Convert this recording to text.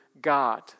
God